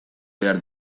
behar